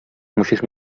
musisz